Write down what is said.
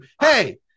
Hey